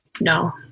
No